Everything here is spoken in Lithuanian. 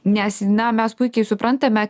nes na mes puikiai suprantame